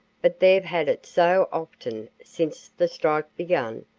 but they've had it so often since the strike began,